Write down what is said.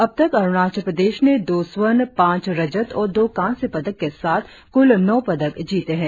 अब तक अरुणाचल प्रदेश ने दो स्वर्ण पाँच रजत और दो कांस्य पदक के साथ कुल नौ पदक जीते है